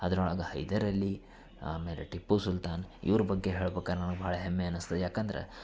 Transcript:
ಅದ್ರೊಳಗೆ ಹೈದರಾಲಿ ಆಮೇಲೆ ಟಿಪ್ಪು ಸುಲ್ತಾನ್ ಇವ್ರ ಬಗ್ಗೆ ಹೇಳ್ಬೇಕಾರ್ ನನಗೆ ಭಾಳ ಹೆಮ್ಮೆ ಅನಿಸ್ತದ್ ಯಾಕಂದ್ರೆ